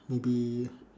maybe